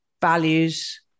values